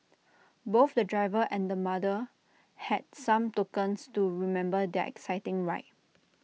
both the driver and the mother had some tokens to remember their exciting ride